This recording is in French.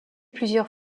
plusieurs